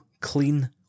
clean